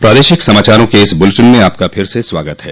प्रादेशिक समाचारों के इस बुलेटिन में आपका फिर से स्वागत है